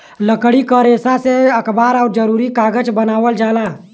लकड़ी क रेसा से अखबार आउर जरूरी कागज बनावल जाला